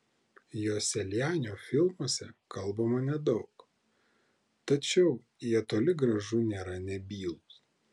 joselianio filmuose kalbama nedaug tačiau jie toli gražu nėra nebylūs